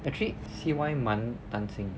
actually C_Y 蛮难进的